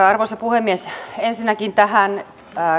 arvoisa puhemies ensinnäkin tähän